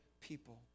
people